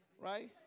right